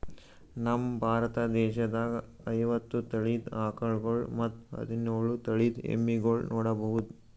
ನಮ್ ಭಾರತ ದೇಶದಾಗ್ ಐವತ್ತ್ ತಳಿದ್ ಆಕಳ್ಗೊಳ್ ಮತ್ತ್ ಹದಿನೋಳ್ ತಳಿದ್ ಎಮ್ಮಿಗೊಳ್ ನೋಡಬಹುದ್